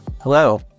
Hello